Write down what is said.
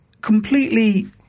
completely